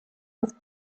his